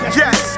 yes